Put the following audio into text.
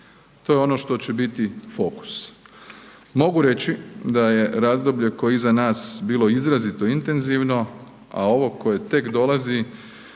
to je ono što će biti fokus. Mogu reći da je razdoblje koje je iza nas bilo izrazito intenzivno, a ovo koje tek dolazi